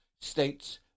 states